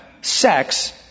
sex